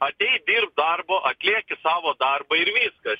atėjai dirbt darbo atlieki savo darbą ir viskas